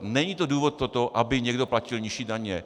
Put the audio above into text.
Není to důvod toto, aby někdo platil nižší daně.